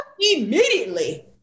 immediately